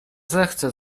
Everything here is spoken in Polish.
zechce